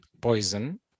poison